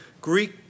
Greek